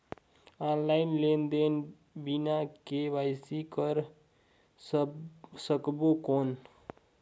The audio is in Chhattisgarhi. ऑनलाइन लेनदेन बिना के.वाई.सी कर सकबो कौन??